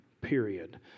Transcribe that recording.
period